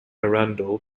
arundel